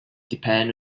depend